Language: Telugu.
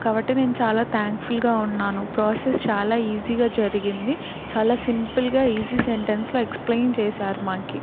కాబట్టి నేను చాలా థ్యాంక్ఫుల్గా ఉన్నాను ప్రాసెస్ చాలా ఈజీగా జరిగింది చాలా సింపుల్గా ఈజీ సెంటెన్స్లో ఎక్స్ప్లేయిన్ చేశారు మాకు